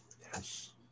Yes